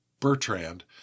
Bertrand